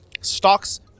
stocks